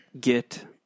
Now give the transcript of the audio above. get